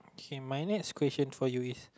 K my next question for you is